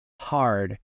hard